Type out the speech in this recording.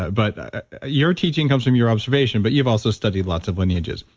ah but ah your teaching comes from your observation. but you've also studied lots of lineages.